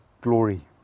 glory